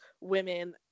women